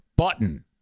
button